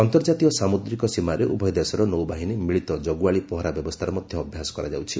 ଅନ୍ତର୍ଜାତିୟ ସାମୁଦ୍ରିକ ସୀମାରେ ଉଭୟ ଦେଶର ନୌବାହିନୀ ମିଳିତ ଜଗୁଆଳୀ ପହରା ବ୍ୟବସ୍ଥାର ମଧ୍ୟ ଅଭ୍ୟାସ କରାଯାଉଛି